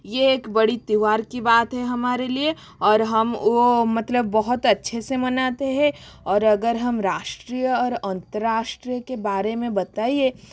ये एक बड़ा तयौहार की बात है हमारे लिए और हम वो मतलब बहुत अच्छे से मनाते हैं और अगर हम राष्ट्रीय और अंतरराष्ट्रीय के बारे में बताएं